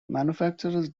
manufacturers